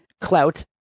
clout